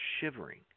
shivering